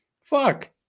Fuck